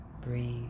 breathe